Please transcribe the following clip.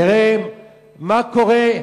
תראה מה קורה,